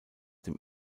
dem